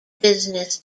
business